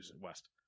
West